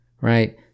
right